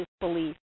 belief